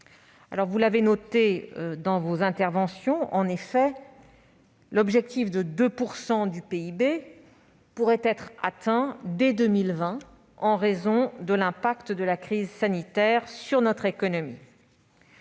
vous l'avez noté dans vos interventions, l'objectif de 2 % du PIB pourrait être atteint dès 2020 en raison des effets de la crise sanitaire sur notre économie.